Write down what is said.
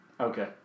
Okay